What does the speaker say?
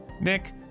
Nick